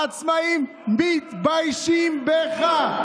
העצמאים מתביישים בך.